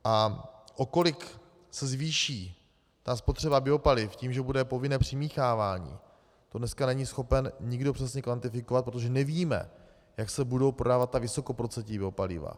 A o kolik se zvýší spotřeba biopaliv tím, že bude povinné přimíchávání, to dneska není schopen nikdo přesně kvantifikovat, protože nevíme, jak se budou prodávat ta vysokoprocentní biopaliva.